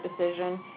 decision